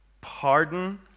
pardon